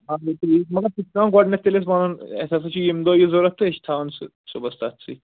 اَہَن حظ ٹھیٖک مگر سُہ چھُ پیٚوان گۄڈٕنٮ۪تھ تیٚلہِ أسۍ وَنُن اَسہِ ہَسا چھِ ییٚمہِ دۄہ یہِ ضروٗرت تہٕ أسۍ چھِ تھاوان سُہ صُبحَس تَتھ سۭتۍ